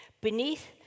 Beneath